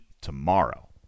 tomorrow